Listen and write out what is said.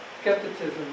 skepticism